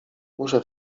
muszę